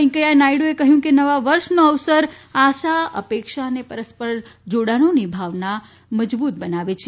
વૈંકૈયા નાયડુએ કહ્યું કે નવા વર્ષનો અવસર આશા અપેક્ષા અને પરસ્પર જોડાણોની ભાવના મજબૂત બનાવે છે